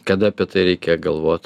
kada apie tai reikia galvot